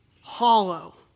Hollow